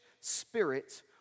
spirit